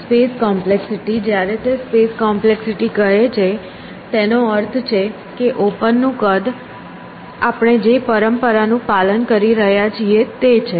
space complexity જ્યારે તે space complexity કહે છે તેનો અર્થ છે કે ઓપન નું કદ આપણે જે પરંપરાનું પાલન કરી રહ્યા છીએ તે છે